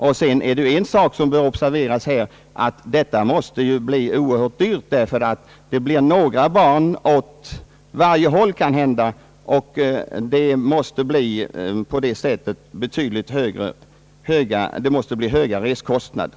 Vidare är det en sak som bör observeras här och det är att detta måste bli oerhört dyrt, ty det blir kanhända några barn åt varje håll, och på det sättet måste det bli rätt höga resekostnader.